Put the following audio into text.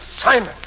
Simon